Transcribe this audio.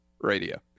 Radio